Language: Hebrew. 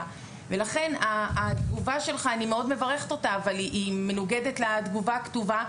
ולכן התגובה שלך אני מאוד מברכת אותה אבל היא מנוגדת לתגובה הכתובה.